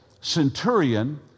centurion